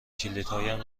کلیدهایم